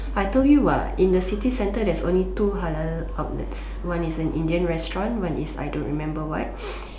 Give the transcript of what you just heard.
I told you what in the city center there's only two halal outlets one is an Indian restaurant one is I don't remember what